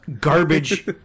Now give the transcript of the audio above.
garbage